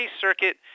circuit